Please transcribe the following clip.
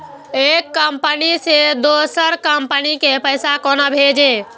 एक कंपनी से दोसर कंपनी के पैसा केना भेजये?